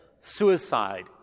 suicide